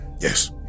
Yes